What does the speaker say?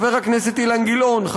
חבר הכנסת אילן גילאון,